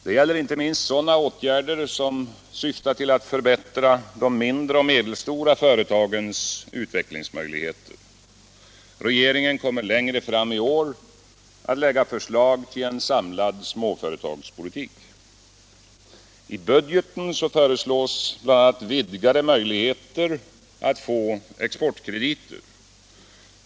Det gäller inte minst sådana åtgärder som syftar till att förbättra de mindre och medelstora företagens utvecklingsmöjligheter. Regeringen kommer längre fram i år att lägga fram förslag till en samlad småföretagspolitik. I budgeten föreslås t.ex. vidgade möjligheter att få exportkrediter.